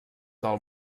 del